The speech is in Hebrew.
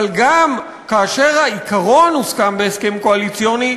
אבל גם כאשר העיקרון הוסכם בהסכם קואליציוני,